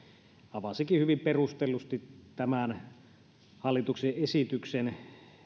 avasikin hyvin perustellusti tämän hallituksen esityksen